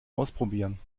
ausprobieren